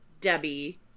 Debbie